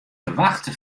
ferwachte